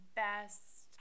best